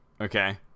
Okay